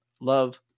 Love